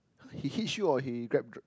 he Hitch you or he Grab drive